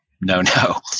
no-no